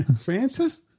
Francis